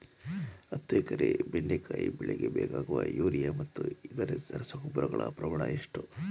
ಹತ್ತು ಎಕರೆ ಬೆಂಡೆಕಾಯಿ ಬೆಳೆಗೆ ಬೇಕಾಗುವ ಯೂರಿಯಾ ಮತ್ತು ಇತರೆ ರಸಗೊಬ್ಬರಗಳ ಪ್ರಮಾಣ ಎಷ್ಟು?